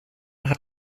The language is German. hat